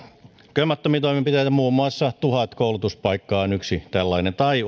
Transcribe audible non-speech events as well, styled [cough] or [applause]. lukemattomia toimenpiteitä muun muassa tuhat koulutuspaikkaa on yksi tällainen tai [unintelligible]